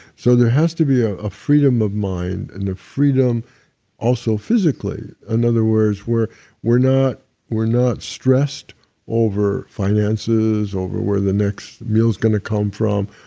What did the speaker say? so there has to be a ah freedom of mind and the freedom also physically. in and other words, we're we're not we're not stressed over finances, over where the next meal is going to come from,